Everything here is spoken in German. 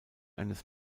eines